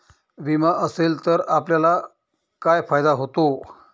विमा असेल तर आपल्याला काय फायदा होतो?